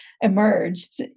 emerged